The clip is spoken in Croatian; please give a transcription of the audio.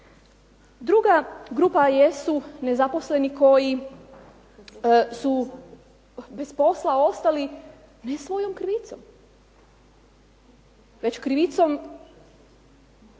Druga grupa jesu nezaposleni koji su bez posla ostali ne svojom krivicom, već krivicom